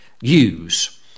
use